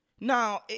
Now